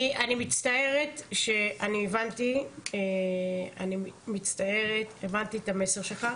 אני מצטערת, הבנתי את המסר שלך.